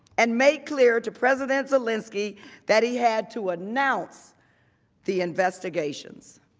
and make clear to president zelensky that he had to announce the investigations.